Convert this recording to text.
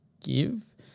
give